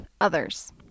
others